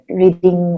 reading